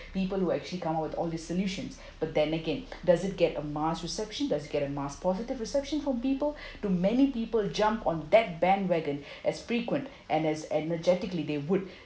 people who actually come up with all this solutions but then again does it get a mass reception does it get a mass positive reception from people do many people jump on that bandwagon as frequent and as energetically they would